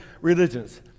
religions